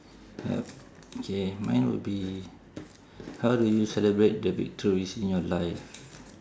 okay mine would be how do you celebrate the victories in your life